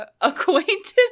acquaintance